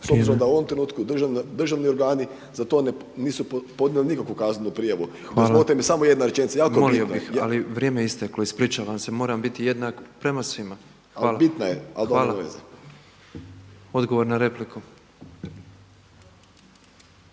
s obzirom da u ovom trenutku državni organi za to nisu ponijeli nikakvu kaznenu prijavu. **Petrov, Božo